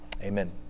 Amen